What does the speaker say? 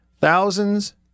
thousands